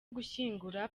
gushyingura